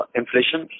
inflation